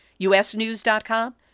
usnews.com